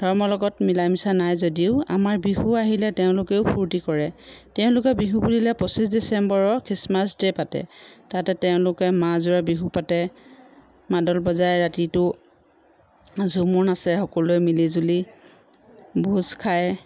ধৰ্মৰ লগত মিলা মিছা নাই যদিও আমাৰ বিহু আহিলে তেওঁলোকেও ফূৰ্তি কৰে তেওঁলোকে বিহু বুলিলে পঁচিছ ডিচেম্বৰৰ খ্ৰীষ্টমাছ ডে' পাতে তাতে তেওঁলোকে মাহ জোৰা বিহু পাতে মাদল বজাই ৰাতিটো ঝুমুৰ নাচে সকলোৱে মিলি জুলি ভোজ খায়